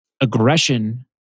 aggression